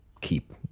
keep